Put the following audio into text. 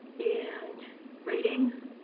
and ratings,